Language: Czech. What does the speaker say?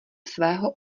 svého